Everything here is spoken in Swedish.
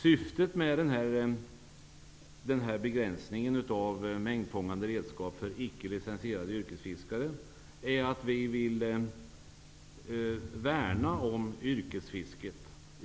Syftet med begränsningen av mängdfångande redskap för icke licensierade fiskare är att vi vill värna om yrkesfisket.